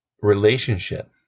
relationship